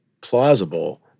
plausible